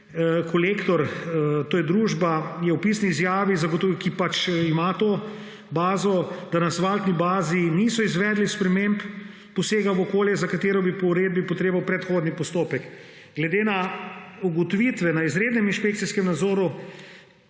ki pač ima to bazo, je v pisni izjavi zagotovil, da na asfaltni bazi niso izvedli sprememb posega v okolje, za katerih bi bil po uredbi potreben predhodni postopek. Glede na ugotovitve na izrednem inšpekcijskem nadzoru,